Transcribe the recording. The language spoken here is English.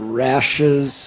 rashes